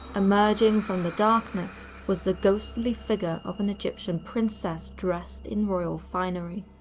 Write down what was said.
emerging from the darkness was the ghostly figure of an egyptian princess dressed in royal finery.